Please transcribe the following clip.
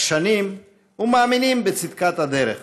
עקשנים ומאמינים בצדקת הדרך.